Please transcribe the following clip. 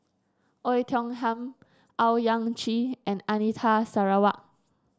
Oei Tiong Ham Owyang Chi and Anita Sarawak